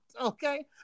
okay